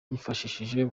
yifashishije